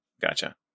gotcha